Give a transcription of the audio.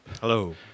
Hello